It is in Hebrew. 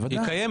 בוודאי.